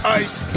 ice